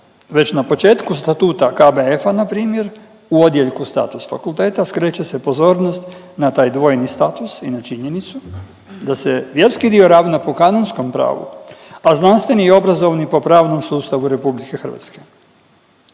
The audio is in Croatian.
Već na početku statuta, KBF-a, npr. u odjeljku status fakulteta skreće se pozornost na taj dvojni status i na činjenicu da se vjerski dio ravna po kanonskom pravu, a znanstveni i obrazovni po pravnom sustavu RH.